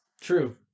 true